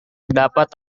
dapat